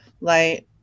light